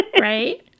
Right